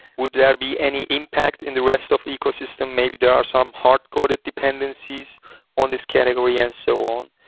would there be any impact in the rest of the ecosystem? maybe there are some hard-coded dependencies on this category and so on.